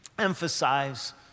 Emphasize